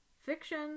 fiction